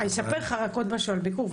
אני אספר לך עוד משהו על ביקור.